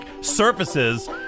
surfaces